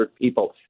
people